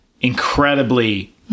incredibly